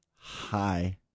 hi